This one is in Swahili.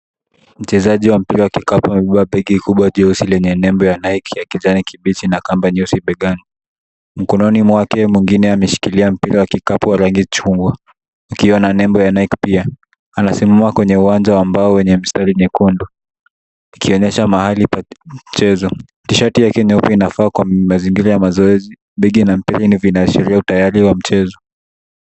Mchezaji wa mpira wa kikapu amebeba begi kubwa jeusi yenye nembo ya Nike ya kijani kibichi na kamba nyeusi begani , mkononi mwake mwingine ameshikilia mpira wa kikapu wa rangi chungwa ukiona nembo ya Nike pia anasema kwenye uwanja ambao wenye mstari nyekundu ikionyesha mahali pa mchezo, tishati yake nyeupe inafaa kwa mazingira ya mazoezi begi na mpira inaashiria utayari wa mchezo.